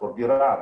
לשכור דירה,